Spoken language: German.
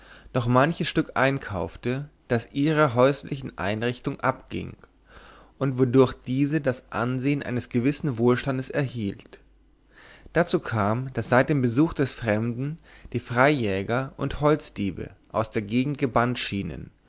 noch manches stück einkaufte das ihrer häuslichen einrichtung abging und wodurch diese das ansehen eines gewissen wohlstandes erhielt dazu kam daß seit dem besuch des fremden die freijäger und holzdiebe aus der gegend gebannt schienen